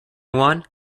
juan